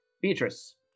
Beatrice